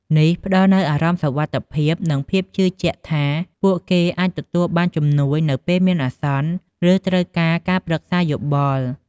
នេះផ្តល់នូវអារម្មណ៍សុវត្ថិភាព និងភាពជឿជាក់ថា ពួកគេអាចទទួលបានជំនួយនៅពេលមានអាសន្ន ឬត្រូវការការប្រឹក្សាយោបល់។